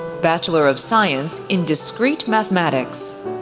bachelor of science in discrete mathematics.